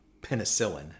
penicillin